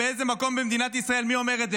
באיזה מקום במדינת ישראל, מי אומר את זה?